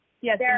Yes